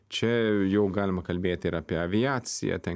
čia jau galima kalbėti ir apie aviaciją ten